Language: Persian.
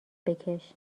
بکش